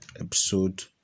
episode